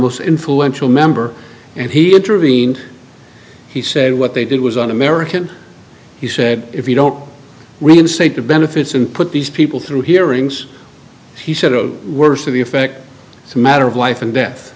most influential member and he intervened he said what they did was un american he said if you don't really say the benefits and put these people through hearings he said of worse to the effect it's a matter of life and death